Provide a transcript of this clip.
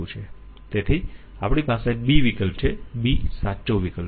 તેથી આપણી પાસે b વિકલ્પ છે b સાચો વિકલ્પ છે